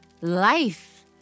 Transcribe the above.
Life